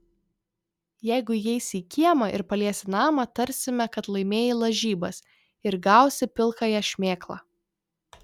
jeigu įeisi į kiemą ir paliesi namą tarsime kad laimėjai lažybas ir gausi pilkąją šmėklą